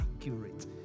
accurate